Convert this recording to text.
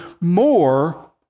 more